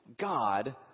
God